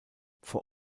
vor